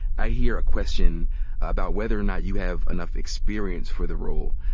i hear a question about whether or not you have enough experience for the role.